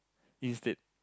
instead